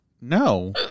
No